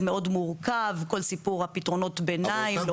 מאוד מורכב כל סיפור הפתרונות ביניים.